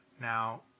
Now